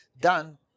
done